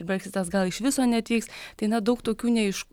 ir breksitas gal iš viso net vyks tai na daug tokių neaiš